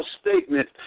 statement